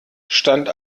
stand